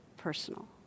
personal